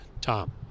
Tom